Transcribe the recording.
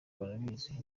barabizi